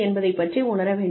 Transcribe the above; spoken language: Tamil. என்பதைப் பற்றி உணர வேண்டும்